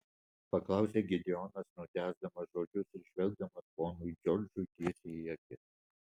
paklausė gideonas nutęsdamas žodžius ir žvelgdamas ponui džordžui tiesiai į akis